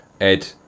Ed